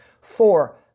Four